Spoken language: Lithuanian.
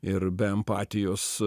ir be empatijos